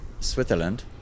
Switzerland